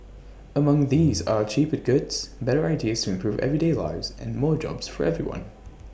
among these are A cheaper goods better ideas to improve everyday lives and more jobs for everyone